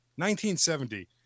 1970